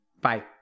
Bye